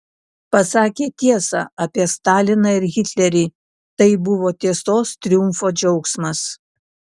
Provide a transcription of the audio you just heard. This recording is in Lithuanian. pasakė tiesą apie staliną ir hitlerį tai buvo tiesos triumfo džiaugsmas